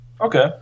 Okay